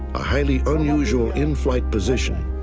a highly unusual in-flight position.